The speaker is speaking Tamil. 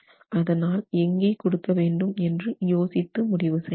அதனால் எங்கே கொடுக்க வேண்டும் என்று யோசித்து முடிவு செய்ய வேண்டும்